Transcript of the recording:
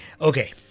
Okay